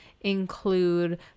include